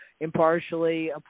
impartially